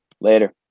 Later